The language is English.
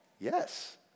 Yes